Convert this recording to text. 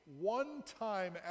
one-time